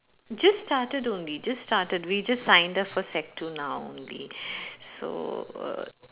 just started only just started we just sign the first sec two now only so err